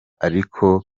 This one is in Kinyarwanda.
ariko